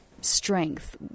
strength